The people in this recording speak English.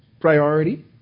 priority